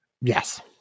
Yes